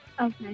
Okay